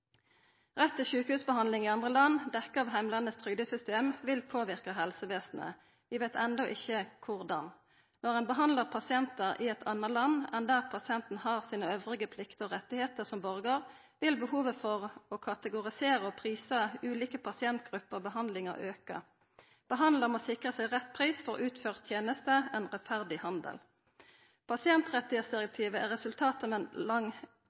Rett til sjukehusbehandling i andre land, dekt av trygdesystemet i heimlandet, vil påverka helsevesenet. Vi veit ennå ikkje korleis. Når ein behandlar pasientar i eit anna land enn der pasientane har sine andre plikter og rettar som borgar, vil behovet for å kategorisera og prisa ulike pasientgrupper og behandlingar auka. Behandlaren må sikra seg rett pris for utført teneste, ein rettferdig handel. Pasientrettsdirektivet er resultat av ein lang